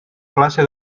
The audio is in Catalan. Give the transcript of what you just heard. classe